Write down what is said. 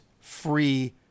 free